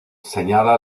señala